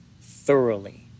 thoroughly